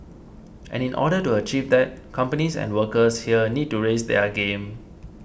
and in order to achieve that companies and workers here need to raise their game